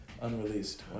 unreleased